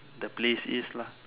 the place is lah